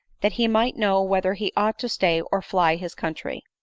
that he might know whether he ought to stay, or fly his country.